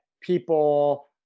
people